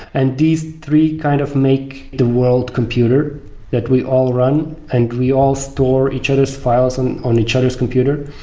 and these three kind of make the world computer that we all run and we all store each other s files on on each other s computer,